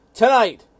tonight